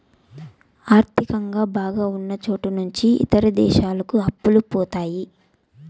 ఆర్థికంగా బాగా ఉన్నచోట నుంచి ఇతర దేశాలకు అప్పులు పోతాయి